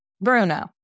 Bruno